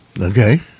Okay